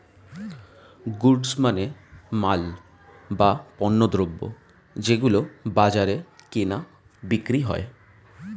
goods মানে মাল, বা পণ্যদ্রব যেগুলো বাজারে কেনা বিক্রি হয়